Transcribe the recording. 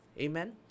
amen